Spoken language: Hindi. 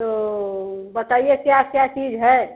तो बताइए क्या क्या चीज़ है